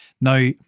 Now